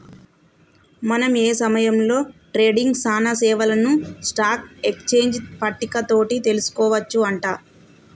మనం ఏ సమయంలో ట్రేడింగ్ సానా సేవలను స్టాక్ ఎక్స్చేంజ్ పట్టిక తోటి తెలుసుకోవచ్చు అంట